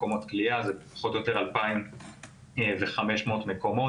מקומות כליאה זה פחות או יותר 2,500 מקומות,